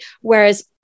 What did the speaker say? whereas